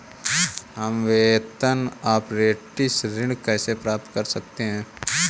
हम वेतन अपरेंटिस ऋण कैसे प्राप्त कर सकते हैं?